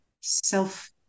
self